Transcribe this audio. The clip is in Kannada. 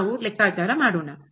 ನಾವು ಲೆಕ್ಕಾಚಾರ ಮಾಡೋಣ